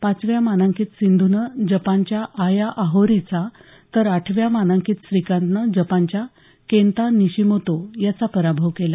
पाचव्या मानांकित सिंधूनं जपानच्या आया आहोरीचा तर आठव्या मानांकित श्रीकांतनं जपानच्या केंता निशीमोतो याचा पराभव केला